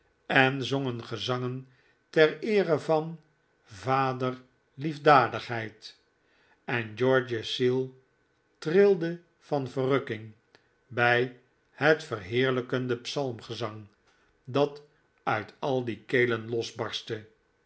en zongen gezangen ter eere van vader liefdadigheid en george's ziel trilde van verrukking bij het verheerlijkende psalmgezang dat uit al die kelen losbarstte